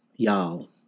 Y'all